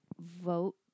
vote